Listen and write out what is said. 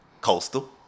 Coastal